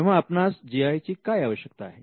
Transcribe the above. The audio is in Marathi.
तेव्हा आपणास जी आय् ची काय आवश्यकता आहे